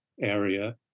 area